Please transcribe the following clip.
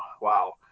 Wow